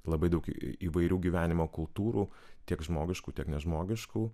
labai daug įvairių gyvenimo kultūrų tiek žmogiškų tiek nežmogiškų